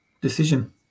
decision